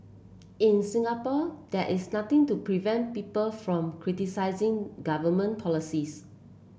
in Singapore there is nothing to prevent people from criticising government policies